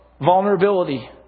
vulnerability